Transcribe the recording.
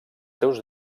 seus